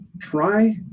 try